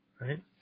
right